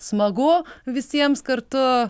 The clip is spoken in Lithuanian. smagu visiems kartu